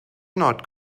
not